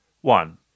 One